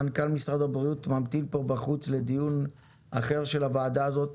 מנכ"ל משרד הבריאות ממתין פה בחוץ לדיון אחר של הוועדה הזאת,